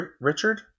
Richard